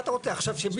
לא עכשיו.